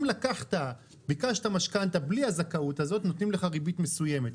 אם לקחת או ביקשת משכנתא בלי הזכאות הזאת נותנים לך ריבית מסוימת,